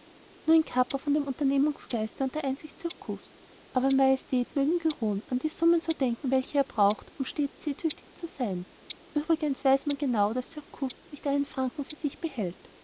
nur ein kaper von dem unternehmungsgeiste und der einsicht surcouf's aber majestät mögen geruhen an die summen zu denken welche er braucht um stets seetüchtig zu sein uebrigens weiß man genau daß surcouf nicht einen franken für sich behält